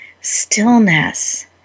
stillness